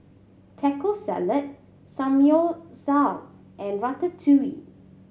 Taco Salad Samgeyopsal and Ratatouille